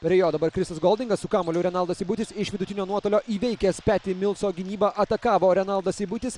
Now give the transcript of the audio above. prie jo dabar krisas godingas su kamuoliu renaldas seibutis iš vidutinio nuotolio įveikęs peti milso gynybą atakavo renaldas seibutis